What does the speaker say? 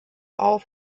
auf